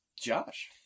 Josh